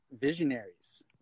visionaries